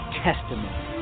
testimony